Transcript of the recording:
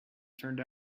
turned